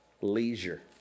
leisure